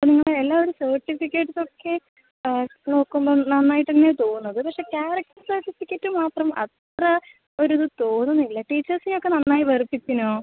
നമ്മള എല്ലാ സർട്ടിഫിക്കറ്റ്സ് ഒക്കെ നോക്കുമ്പം നന്നായിട്ടെന്നെ തോന്നത് പക്ഷെ ക്യാരക്ടർ സർട്ടിഫിക്കറ്റ് മാത്രം അത്ര ഒര് ഇത് തോന്നുന്നില്ല ടീച്ചേർസിനെ ഒക്കെ നന്നായി വെറുപ്പിച്ചിരുന്നോ